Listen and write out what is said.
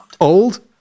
old